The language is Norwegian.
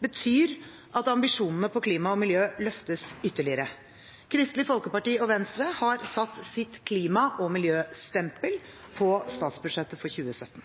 betyr at ambisjonene for klima og miljø løftes ytterligere. Kristelig Folkeparti og Venstre har satt sitt klima- og miljøstempel på statsbudsjettet for 2017.